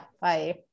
bye